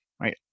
right